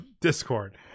Discord